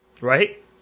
Right